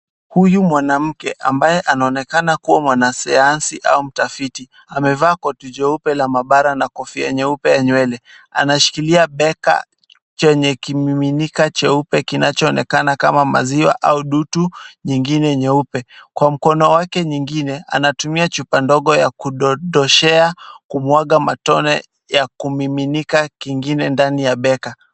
Huyu mwanamke ambaye anaonekana kuwa mwanasayansi au mtafiti amevaa koti cheupe la maabara na kofia nyeupe ya nywele .Anashikilia beka chenye kimiminika cheupe kinachoonekana kama maziwa au dutu nyingine nyeupe . Kwa mkono wake nyingine, anatumia chupa ndogo ya kudodoshea, kumwaga matone ya kumiminika kingine ndani ya beka.